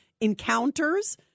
encounters